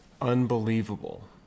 unbelievable